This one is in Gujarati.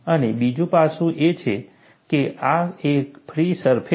અને બીજું પાસું એ છે કે આ એક ફ્રી સરફેસ છે